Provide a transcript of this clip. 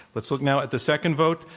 let's look now at the second vote.